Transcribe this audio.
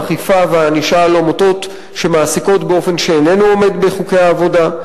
האכיפה והענישה על עמותות שמעסיקות באופן שאיננו עומד בחוקי העבודה.